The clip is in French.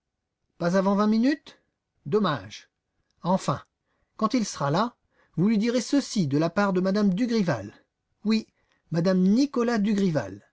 pas avant vingt minutes dommage enfin quand il sera là vous lui direz ceci de la part de m me dugrival oui m me nicolas dugrival